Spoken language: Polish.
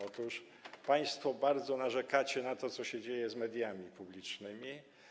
Otóż państwo bardzo narzekacie na to, co się dzieje z mediami publicznymi.